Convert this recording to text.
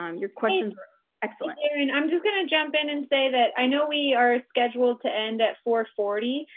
um your questions are excellent. and i'm just going to jump in and say that i know we are scheduled to end at four forty.